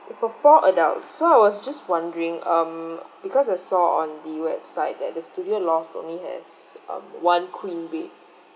for four adult so I was just wondering um because I saw on the website that the studio loft only has um one queen bed